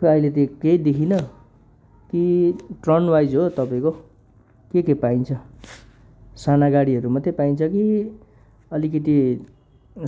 खोइ अहिले त केही देखिन कि टर्न वाइज हो तपाईँको के के पाइन्छ साना गाडीहरू मात्रै पाइन्छ कि अलिकति